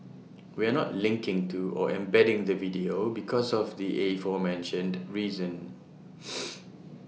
we're not linking to or embedding the video because of the aforementioned reason